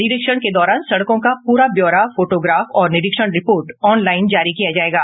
निरीक्षण के दौरान सड़कों का पूरा ब्योरा फोटोग्राफ और निरीक्षण रिपोर्ट ऑनलाइन जारी किया जायेगा